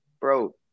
bro